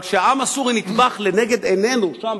אבל כשהעם הסורי נטבח לנגד עינינו שם,